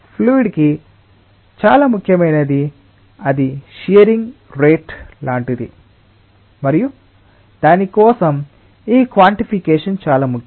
fluid కి చాలా ముఖ్యమైనది అది షియరింగ్ రేటు లాంటిది మరియు దాని కోసం ఈ క్వాన్టిఫికెషన్ చాలా ముఖ్యం